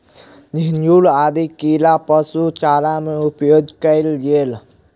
झींगुर आदि कीड़ा पशु चारा में उपयोग कएल गेल